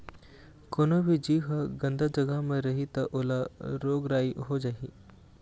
कोनो भी जीव ह गंदा जघा म रही त ओला रोग राई हो जाही